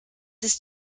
ist